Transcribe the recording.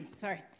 sorry